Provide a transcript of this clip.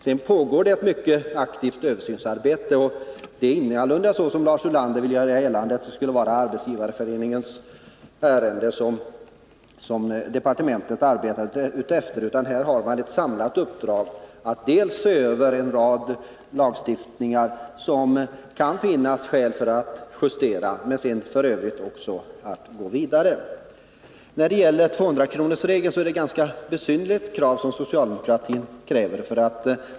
Sedan pågår det ett mycket aktivt översynsarbete. Det är ingalunda så som Lars Ulander vill göra gällande, att det skulle vara Arbetsgivareföreningens ärende som departementet arbetar efter, utan här har man ett samlat uppdrag dels att se över en rad lagstiftningar som det kan finnas skäl att justera, dels att f. ö. gå vidare. När det gäller 200-kronorsregeln är det ett ganska besynnerligt krav som socialdemokratin ställer.